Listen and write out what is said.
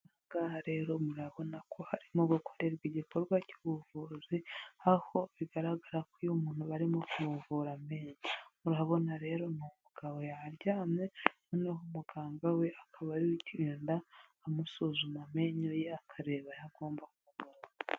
Aha ngaha rero murabona ko harimo gukorerwa igikorwa cy'ubuvuzi aho bigaragara ko uyu umuntu barimo kumuvura amenyo, murabona rero ni umugabo yaryamye noneho umuganga we akaba ari we uri kugenda amusuzuma amenyo ye akareba ayo agomba kuvura.